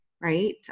right